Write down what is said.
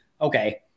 okay